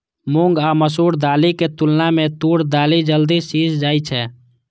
मूंग आ मसूर दालिक तुलना मे तूर दालि जल्दी सीझ जाइ छै